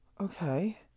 Okay